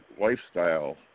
Lifestyle